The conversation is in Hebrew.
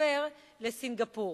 עוברים לסינגפור.